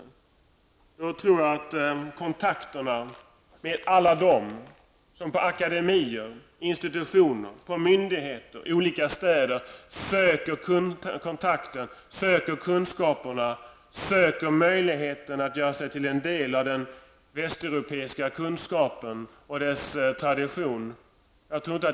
Jag tror inte att Inger Schörling har träffat alla dem som på institutioner, akademier, myndigheter osv. i olika städer söker kontakterna, kunskaperna och möjligheterna att göra sig till en del av den västeuropeiska kunskapen och dess tradition.